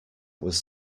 was